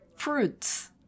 Fruits